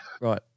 Right